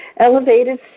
Elevated